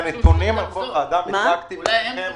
את הנתונים על כוח האדם הצגתי בפניכם,